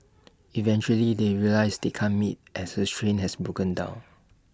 eventually they realise they can't meet as her train has broken down